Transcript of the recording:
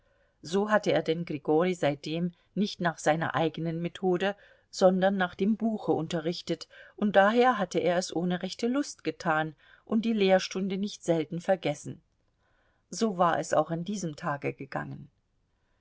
so hatte er denn grigori seitdem nicht nach seiner eigenen methode sondern nach dem buche unterrichtet und daher hatte er es ohne rechte lust getan und die lehrstunde nicht selten vergessen so war es auch an diesem tage gegangen